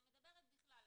אני מדברת בכלל.